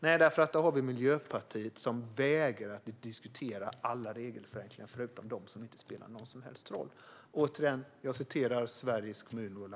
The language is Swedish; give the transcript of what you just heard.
Nej, Miljöpartiet vägrar nämligen att diskutera alla regelförenklingar, förutom dem som inte spelar någon som helst roll.